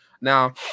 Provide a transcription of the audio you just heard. Now